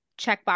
checkbox